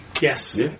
Yes